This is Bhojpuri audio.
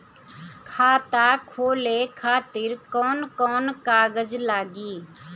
खाता खोले खातिर कौन कौन कागज लागी?